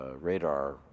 radar